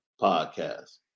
Podcast